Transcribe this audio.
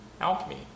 Alchemy